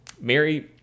Mary